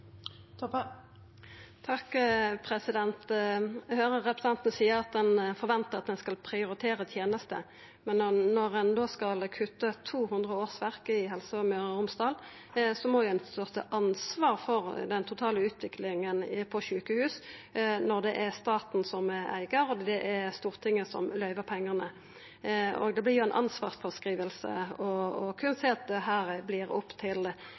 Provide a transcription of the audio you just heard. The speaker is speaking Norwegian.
Eg høyrer representanten seia at ein forventar at ein skal prioritera tenester, men når ein skal kutta 200 årsverk i Helse Møre og Romsdal, må ein stå til ansvar for den totale utviklinga på sjukehus når det er staten som er eigar og det er Stortinget som løyver pengane. Å seia at dette vert opp til helseføretaka å